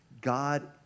God